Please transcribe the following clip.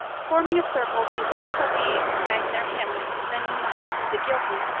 forming a circle, these awful beings sang their hymns, rending the hearts of the guilty,